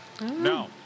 No